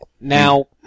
Now